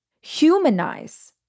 humanize